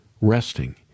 resting